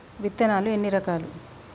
విత్తనాలు ఎన్ని రకాలు?